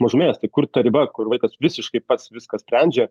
mažumės tai kur ta riba kur vaikas visiškai pats viską sprendžia